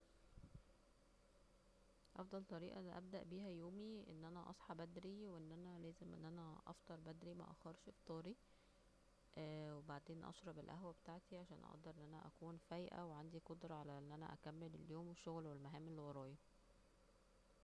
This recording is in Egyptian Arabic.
افضل طريقة ابدا بيها يومي أن أنا اصحى بدري وان أنا لازم أن أنا افطر بدري مأخرش فطاريوبعدين اشرب القهوة بتاعتي علشان اقدر أن أنا اكون فايقة وعندي قدرة أن أنا اكمل اليوم والشغل والمهام اللي ورايا